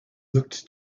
looked